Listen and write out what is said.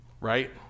right